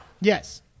yes